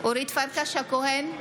אורית פרקש הכהן,